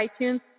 iTunes